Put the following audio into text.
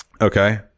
Okay